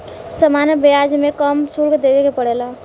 सामान्य ब्याज में कम शुल्क देबे के पड़ेला